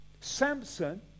Samson